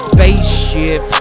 Spaceship